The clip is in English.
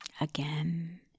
Again